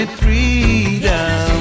freedom